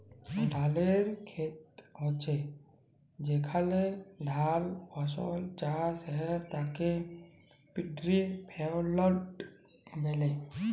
ধালের খেত হচ্যে যেখলে ধাল ফসল চাষ হ্যয় তাকে পাড্ডি ফেইল্ড ব্যলে